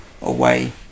away